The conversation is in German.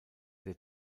der